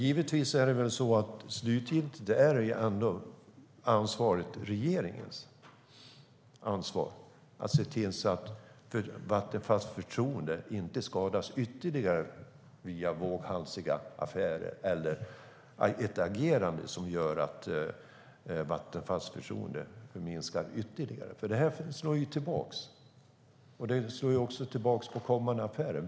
Givetvis är det slutligen regeringens ansvar att se till att Vattenfalls förtroende inte skadas ytterligare via våghalsiga affärer eller ett agerande som gör att Vattenfalls förtroende minskar ytterligare. Det slår tillbaka och slår tillbaka på kommande affärer.